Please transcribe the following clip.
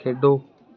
ਖੇਡੋ